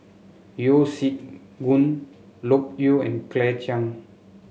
Yeo Siak Goon Loke Yew and Claire Chiang